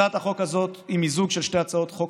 הצעת החוק הזאת היא מיזוג של שתי הצעות חוק